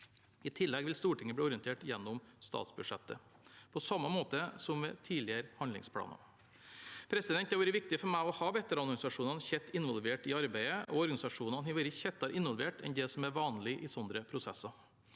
I tillegg vil Stortinget bli orientert gjennom statsbudsjettet, på samme måte som med tidligere handlingsplaner. Det har vært viktig for meg å ha veteranorganisasjonene tett involvert i arbeidet, og organisasjonene har vært tettere involvert enn det som er vanlig i sånne prosesser.